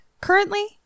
currently